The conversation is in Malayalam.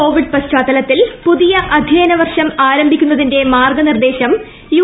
കോവിഡ് പശ്ചാത്തലത്തിൽ പുതിയ അധ്യയന വർഷം ആരംഭിക്കുന്നതിന്റെ മാർഗ്ഗനിർദ്ദേശം യൂ